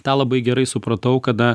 tą labai gerai supratau kada